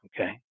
Okay